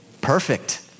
perfect